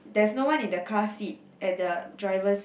there's no one in the car seat at the drivers seat